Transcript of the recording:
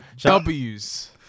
W's